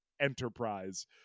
enterprise